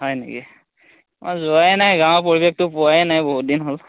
হয় নেকি মই যোৱাই নাই গাঁৱৰ পৰিৱেশটো পোৱাই নাই বহুত দিন হ'ল